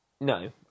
no